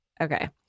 Okay